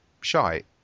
shite